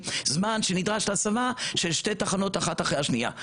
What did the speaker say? זמן שנדרש להסבה של שתי תחנות אחת אחרי השנייה,